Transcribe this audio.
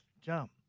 jump